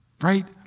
right